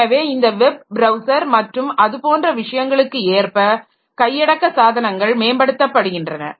எனவே இந்த web browser மற்றும் அது போன்ற விஷயங்களுக்கு ஏற்ப கையடக்க சாதனங்கள் மேம்படுத்தப்படுகின்றன